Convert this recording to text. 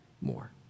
more